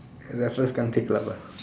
Raffles country club ah